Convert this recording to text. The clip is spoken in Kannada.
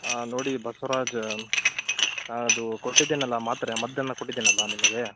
ಹಾಂ ನೋಡಿ ಬಸವರಾಜ್ ಅದು ಕೊಟ್ಟಿದ್ದೀನಲ್ಲ ಮಾತ್ರೆ ಮಧ್ಯಾಹ್ನ ಕೊಟ್ಟಿದ್ದೀನಲ್ಲಾ ನಿಮಗೆ